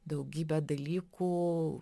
daugybe dalykų